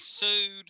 sued